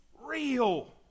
real